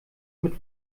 mit